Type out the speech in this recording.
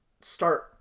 start